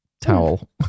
towel